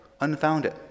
unfounded